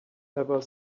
ever